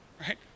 right